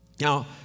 Now